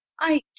I